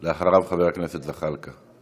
אחריו, חבר הכנסת זחאלקה.